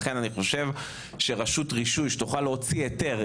לכן אני חושב שרשות רישוי שתוכל להוציא היתר.